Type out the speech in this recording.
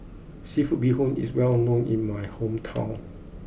Seafood Bee Hoon is well known in my hometown